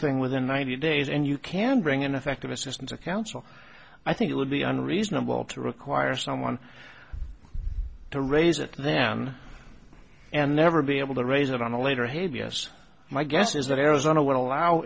thing within ninety days and you can bring ineffective assistance of counsel i think it would be unreasonable to require someone to raise it then and never be able to raise it on a later hey vs my guess is that arizona would allow